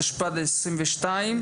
התשפ"ב 2022,